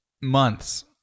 Months